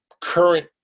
current